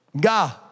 God